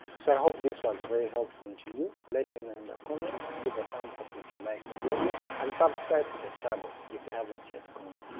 so i hope this was very helpful to you, let me know in the comments, give a thumbs up if you liked the video, and subscribe to the channel if you haven't yet.